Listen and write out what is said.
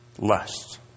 Lust